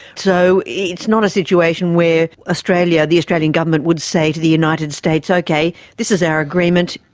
so it's not a situation where australia, the australian government would say to the united states, okay, this is our agreement,